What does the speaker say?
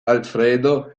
alfredo